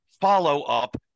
follow-up